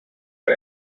are